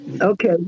Okay